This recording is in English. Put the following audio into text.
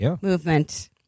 movement